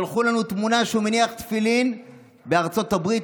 שלחו לנו תמונה שהוא מניח תפילין בארצות הברית,